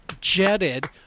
jetted